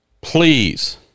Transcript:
please